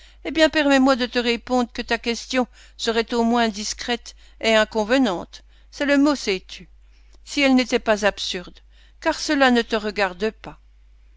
eh bien permets-moi de te répondre que ta question serait au moins indiscrète et inconvenante c'est le mot sais-tu si elle n'était pas absurde car cela ne te regarde pas